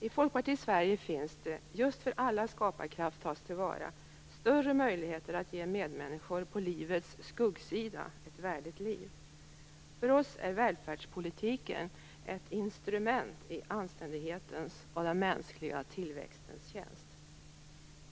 I Folkpartiets Sverige finns det, just för att alla skaparkrafter tas till vara, större möjligheter att ge medmänniskor på livets skuggsida ett värdigt liv. För oss är välfärdspolitiken ett instrument i anständighetens och den mänskliga tillväxtens tjänst.